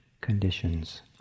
conditions